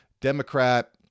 Democrat